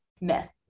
myth